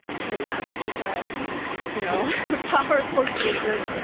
so yeah that was a you know, a powerful statement.